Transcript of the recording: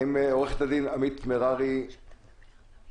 עורכת הדין עמית מררי המשנה,